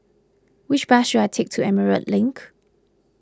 which bus should I take to Emerald Link